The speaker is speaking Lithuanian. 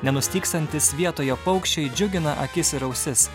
nenustygstantys vietoje paukščiai džiugina akis ir ausis